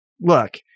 look